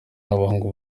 n’abahungu